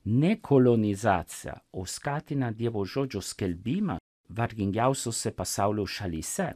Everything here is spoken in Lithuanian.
ne kolonizaciją o skatina dievo žodžio skelbimą vargingiausiose pasaulio šalyse